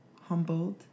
humbled